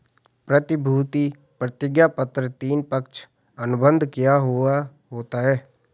प्रतिभूति प्रतिज्ञापत्र तीन, पक्ष अनुबंध किया हुवा होता है